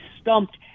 stumped